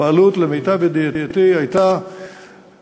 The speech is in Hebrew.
הבעלות, למיטב ידיעתי, הייתה